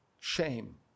Shame